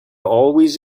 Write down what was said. always